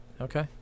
Okay